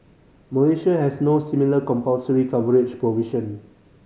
Malaysia has no similar compulsory coverage provision